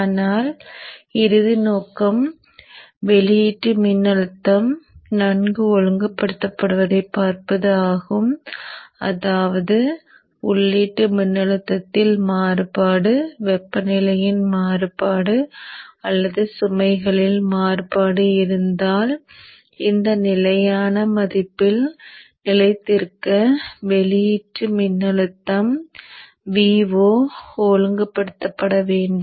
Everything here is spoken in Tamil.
ஆனால் இறுதி நோக்கம் வெளியீட்டு மின்னழுத்தம் நன்கு ஒழுங்குபடுத்தப்படுவதைப் பார்ப்பது ஆகும் அதாவது உள்ளீட்டு மின்னழுத்தத்தில் மாறுபாடு வெப்பநிலையின் மாறுபாடு அல்லது சுமைகளில் மாறுபாடு இருந்தால் இந்த நிலையான மதிப்பில் நிலைத்திருக்க வெளியீட்டு மின்னழுத்தம் Vo ஒழுங்குபடுத்தப்பட வேண்டும்